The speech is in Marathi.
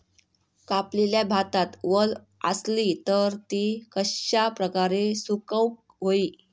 कापलेल्या भातात वल आसली तर ती कश्या प्रकारे सुकौक होई?